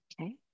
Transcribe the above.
Okay